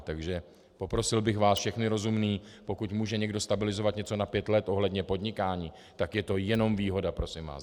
Takže poprosil bych vás všechny rozumné, pokud může někdo stabilizovat něco na pět let ohledně podnikání, tak je to jenom výhoda, prosím vás.